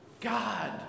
God